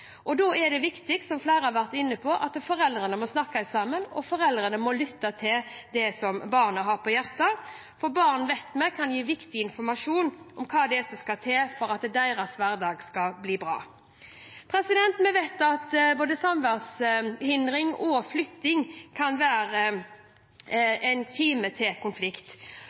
Da er det viktig, som flere har vært inne på, at foreldrene snakker sammen, og foreldrene må lytte til det barna har på hjertet. Vi vet barn kan gi viktig informasjon om hva det er som skal til for at deres hverdag skal bli bra. Vi vet at både samværshindring og flytting kan være en kime til konflikt.